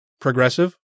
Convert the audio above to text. progressive